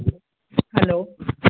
hello